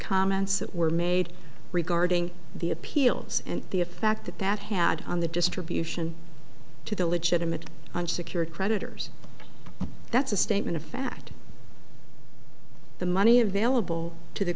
comments that were made regarding the appeals and the a fact that that had on the distribution to the legitimate unsecured creditors that's a statement of fact the money available to the